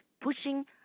pushing